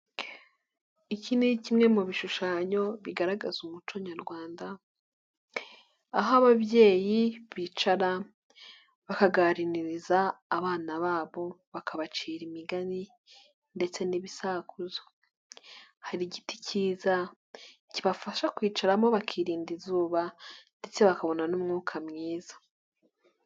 Iki ni kimwe mu bishushanyo bigaragaza umuco nyarwanda, aho ababyeyi bicara bakaganiriza abana babo, bakabacira imigani, ndetse n'ibisakuzo. Hari igiti cyiza kibafasha kwicaramo bakirinda izuba, ndetse bakabona n'umwuka mwiza.